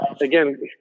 again